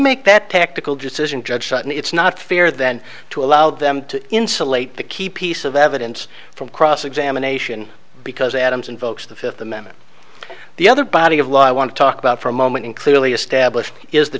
make that tactical decision judge sutton it's not fair then to allow them to insulate the key piece of evidence from cross examination because adams invokes the fifth amendment the other body of law i want to talk about for a moment and clearly established is the